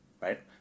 Right